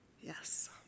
Yes